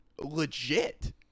legit